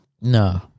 No